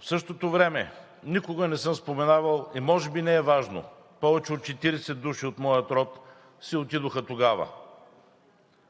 В същото време никога не съм споменавал, и може би не е важно, повече от 40 души от моя род си отидоха тогава.